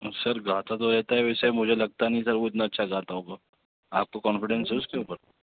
سر گاتا تو رہتا ہے ویسے مجھے لگتا نہیں تھا وہ اتنا اچھا گاتا ہوگا آپ کو کونفیڈینس ہے اس کے اوپر